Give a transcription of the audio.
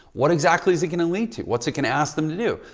what exactly is it going to lead to? what's it can ask them to do?